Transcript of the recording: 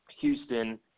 Houston